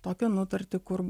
tokią nutartį kur